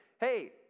hey